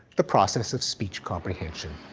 the process of speech comprehension?